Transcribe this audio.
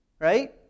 right